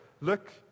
look